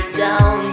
down